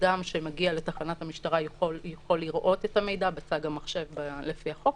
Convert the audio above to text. אדם שמגיע לתחנת המשטרה יכול לראות את המידע בצג המחשב על פי החוק,